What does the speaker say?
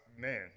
man